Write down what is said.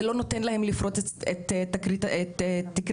זה לא נותן להן לפרוץ את תקרת הזכוכית.